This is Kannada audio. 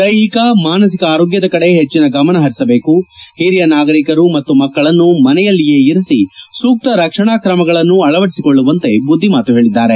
ದೈಹಿಕ ಮಾನಸಿಕ ಆರೋಗ್ಲದ ಕಡೆಗೆ ಹೆಚ್ಚಿನ ಗಮನ ಪರಿಸಬೇಕು ಹಿರಿಯ ನಾಗರಿಕರು ಮತ್ತು ಮಕ್ಕಳನ್ನು ಮನೆಯಲ್ಲಿಯೇ ಇರಿಸಿ ಸೂಕ್ತ ರಕ್ಷಣಾ ತ್ರಮಗಳನ್ನು ಅಳವಡಿಸಿಕೊಳ್ಳುವಂತೆ ಬುದ್ದಿಮಾತು ಹೇಳದ್ದಾರೆ